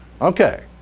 okay